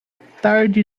tarde